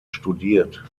studiert